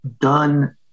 done